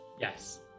Yes